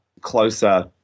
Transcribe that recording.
closer